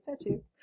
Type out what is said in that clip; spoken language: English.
tattoo